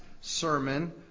sermon